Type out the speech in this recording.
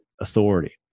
authority